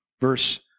verse